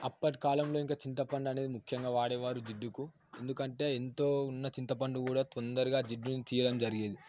అప్పటి కాలంలో ఇంకా చింతపండు అనేది ముఖ్యంగా వాడేవారు జిడ్డుకు ఎందుకంటే ఎంతో ఉన్న చింతపండు కూడా తొందరగా జిడ్డుని తీయడం జరిగేది